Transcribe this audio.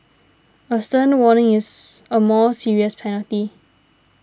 a stern warning is a more serious penalty